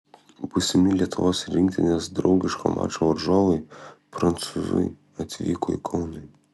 būsimi lietuvos rinktinės draugiško mačo varžovai prancūzai atvyko į kauną